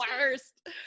worst